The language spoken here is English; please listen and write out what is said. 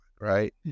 Right